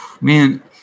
Man